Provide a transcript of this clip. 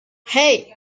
hey